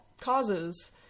causes